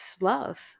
love